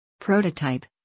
Prototype